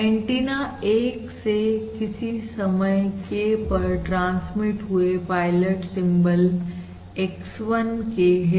antenna 1 से किसी समय k पर ट्रांसमीट हुए पायलट सिंबल x1 k है